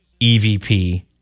EVP